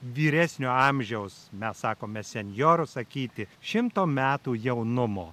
vyresnio amžiaus mes sakome senjorų sakyti šimto metų jaunumo